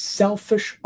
selfish